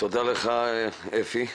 תודה לך, אפי.